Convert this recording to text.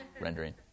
rendering